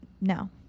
No